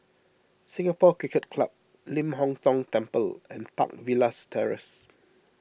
Singapore Cricket Club Ling Hong Tong Temple and Park Villas Terrace